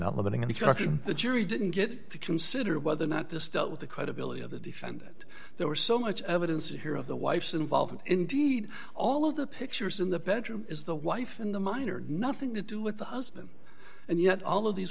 discussion the jury didn't get to consider whether or not this dealt with the credibility of the defendant there were so much evidence here of the wife's involvement indeed all of the pictures in the bedroom is the wife in the minor nothing to do with the husband and yet all of these